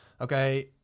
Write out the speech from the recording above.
okay